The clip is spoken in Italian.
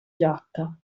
giacca